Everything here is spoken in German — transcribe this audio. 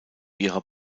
ihrer